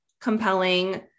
compelling